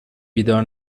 بیدار